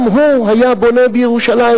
גם הוא היה בונה בירושלים,